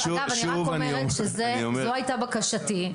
אני רק אומרת שזו הייתה בקשתי אל מול משרד הבריאות.